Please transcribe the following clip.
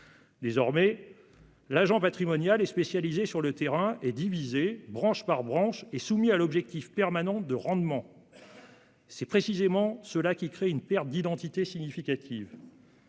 Désormais, l'agent patrimonial est spécialisé sur le terrain, divisé, branche par branche, et soumis à l'objectif permanent de rendement. C'est précisément cela qui crée une perte d'identité significative.